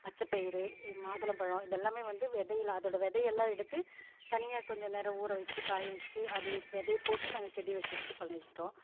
பச்சப்பயிர் இன் மாதுளம்பழம் இதெல்லாமே வந்து விதைகள் அதோட விதையெல்லாம் எடுத்து தனியாக கொஞ்ச நேரம் ஊற வச்சு காய வச்சு அது விதைய போட்டு நாங்கள் செடி வைக்கிறதுக்கு பண்ணிக்குறோம்